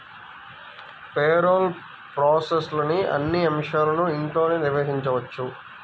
payroll ప్రాసెస్లోని అన్ని అంశాలను ఇంట్లోనే నిర్వహించవచ్చు